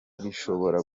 bishobora